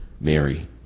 Mary